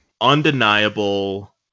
undeniable